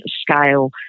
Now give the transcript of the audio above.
scale